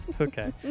Okay